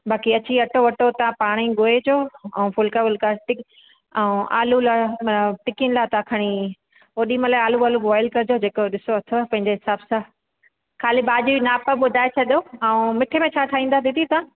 बाक़ी अची अटो वटो तव्हां पाणेई ॻोहिजो ऐं फ़ुल्का वुल्का ते ऐं आलू लाइ टिकीन लाइ तव्हां खणी ओॾीमहिल आलू वालू बॉईल कजो जेको ॾिसो अथव पंहिंजे हिसाब सां ख़ाली भॼी ई नाप ॿुधाए छॾो ऐं मिठे में छा ठाहींदा दीदी तव्हां